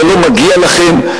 זה לא מגיע לכם.